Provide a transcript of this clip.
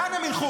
לאן הם ילכו?